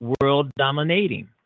world-dominating